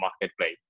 marketplace